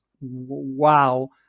wow